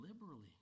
liberally